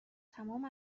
تمام